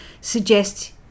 suggest